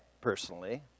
personally